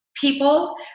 people